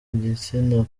igitsina